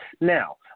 Now